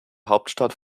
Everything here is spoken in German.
hauptstadt